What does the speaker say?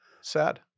Sad